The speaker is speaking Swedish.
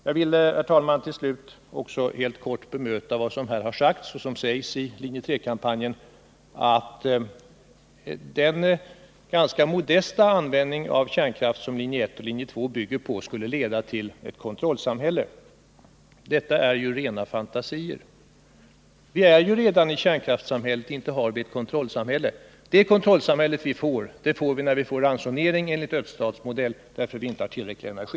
Jag skall, herr talman, till slut helt kort bemöta vad som har sagts i linje 3-kampanjen, nämligen att den ganska modesta användning av kärnkraft som linje 1 och 2 bygger på skulle leda till ett kontrollsamhälle. Det är rena fantasier. Vi är ju redan inne i kärnkraftssamhället, men inte har vi ett kontrollsamhälle. Ett sådant kontrollsamhälle uppstår om vi tillgriper ransoneringar enligt öststatsmodell på grund av att vi inte har tillräckligt med energi.